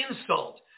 insult